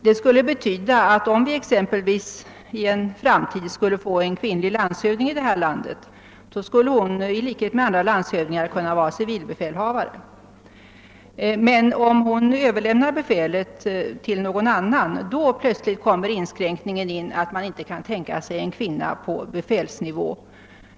Det skulle betyda att exempelvis en kvinnlig landshövding, om vi i en framtid skulle få en kvinnlig sådan i vårt land, i likhet med andra landshövdingar skulle kunna tjänstgöra som civilbefälhavare. Men om hon överlämnar befälet till någon annan, gäller plötsligt den inskränkningen att en kvinna inte får tjänstgöra på befälsnivå.